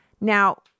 Now